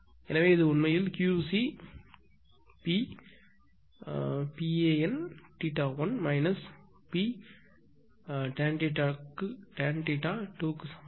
எனவே இது உண்மையில் QC P PAN θ1 P tan θ2 க்கு சமம்